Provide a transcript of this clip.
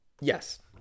Yes